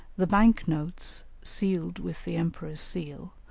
the bank-notes, sealed with the emperor's seal,